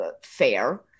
fair